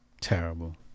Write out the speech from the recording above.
Terrible